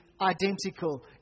identical